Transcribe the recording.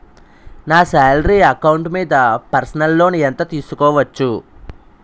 నా salary account మీద personal loan ఎంత తీసుకోవచ్చు?